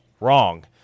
Wrong